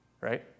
right